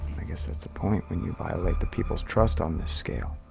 i guess that's the point when you violate the people's trust on this scale.